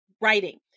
writing